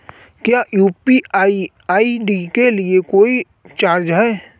क्या UPI ID के लिए कोई चार्ज है?